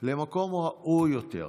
למקום ראוי יותר.